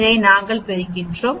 இதை நாங்கள் பெறுகிறோம்